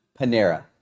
Panera